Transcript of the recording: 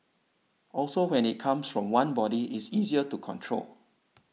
also when it comes from one body it's easier to control